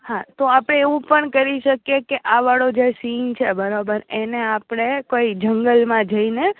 હા તો આપણે એવું પણ કરી શકીએ કે આ વાળો જે સીન છે બરોબર એને આપણે કોઈ જંગલમાં જઈને